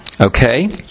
Okay